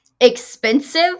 expensive